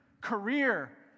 career